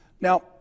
Now